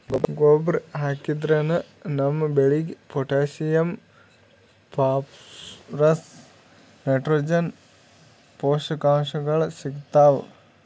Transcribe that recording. ಗೊಬ್ಬರ್ ಹಾಕಿದ್ರಿನ್ದ ನಮ್ ಬೆಳಿಗ್ ಪೊಟ್ಟ್ಯಾಷಿಯಂ ಫಾಸ್ಫರಸ್ ನೈಟ್ರೋಜನ್ ಪೋಷಕಾಂಶಗಳ್ ಸಿಗ್ತಾವ್